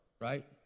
right